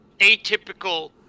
atypical